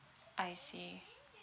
I see